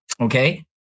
Okay